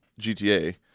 gta